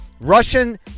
Russian